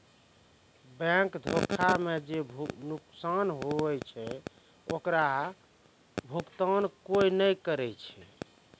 bank धोखा मे जे नुकसान हुवै छै ओकरो भुकतान कोय नै करै छै